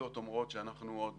העובדות אומרות שאנחנו עוד